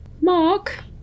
Mark